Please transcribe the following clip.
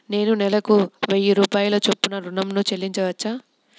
నేను నెలకు వెయ్యి రూపాయల చొప్పున ఋణం ను చెల్లించవచ్చా?